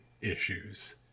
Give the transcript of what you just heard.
issues